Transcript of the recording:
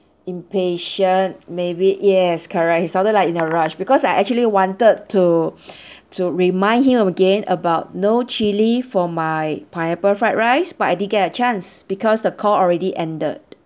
impatient maybe yes correct he sounded like in a rush because I actually wanted to to remind him again about no chilli for my pineapple fried rice but I didn't get a chance because the call already ended